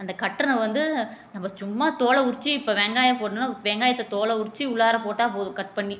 அந்த கட்டர் நான் வந்து நம்ம சும்மா தோலை உரிச்சு இப்போ வெங்காயம் போடணுனா வெங்காயத்தை தோலை உரிச்சு உள்ளார போட்டால் போதும் கட் பண்ணி